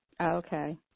Okay